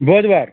بۅدوار